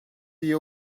your